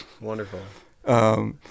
Wonderful